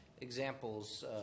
examples